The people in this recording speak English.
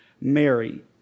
Mary